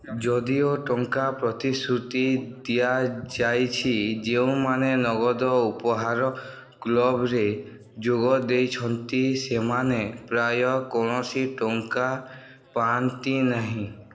ଯଦିଓ ଟଙ୍କା ପ୍ରତିଶୃତି ଦିଆଯାଇଛି ଯେଉଁମାନେ ନଗଦ ଉପହାର କ୍ଲବ୍ରେ ଯୋଗ ଦେଉଛନ୍ତି ସେମାନେ ପ୍ରାୟ କୌଣସି ଟଙ୍କା ପାଆନ୍ତି ନାହିଁ